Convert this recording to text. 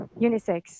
unisex